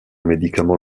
médicament